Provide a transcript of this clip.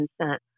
consent